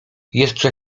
jeszcze